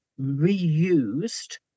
reused